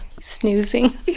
Snoozing